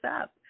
up